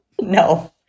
No